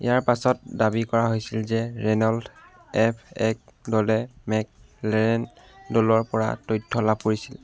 ইয়াৰ পাছত দাবী কৰা হৈছিল যে ৰেনল্ট এফ এক দলে মেকলেৰেন দলৰ পৰা তথ্য লাভ কৰিছিল